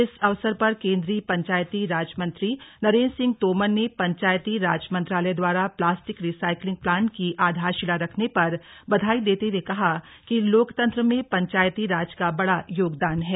इस अवसर पर केंद्रीय पंचायती राज मंत्री नरेन्द्र सिंह तोमर ने पंचायती राज मंत्रालय द्वारा प्लास्टिक रिसाइक्लिंग प्लांट की आधारशिला रखने पर बधाई देते हुए कहा कि लोकतंत्र में पंचायती राज का बड़ा योगदान है